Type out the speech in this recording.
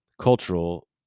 cultural